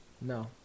No